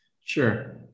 Sure